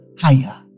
higher